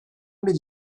bir